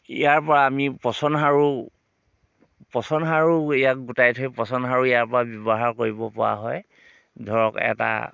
ইয়াৰ পৰা আমি পচন সাৰো পচন সাৰো ইয়াক গোটাই থৈ পচন সাৰো ইয়াৰ পৰা ব্যৱহাৰ কৰিব পৰা হয় ধৰক এটা